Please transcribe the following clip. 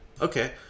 Okay